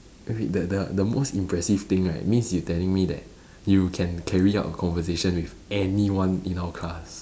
I mean the the most impressive thing right means you telling me that you can carry out a conversation with anyone in our class